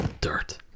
dirt